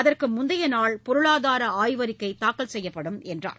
அதற்கு முந்தைய நாள் பொருளாதார ஆய்வறிக்கை தாக்கல் செய்யப்படும் என்றார்